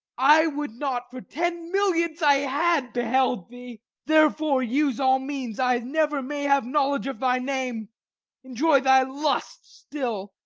i would not for ten millions i had beheld thee therefore use all means i never may have knowledge of thy name enjoy thy lust still,